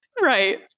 Right